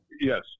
Yes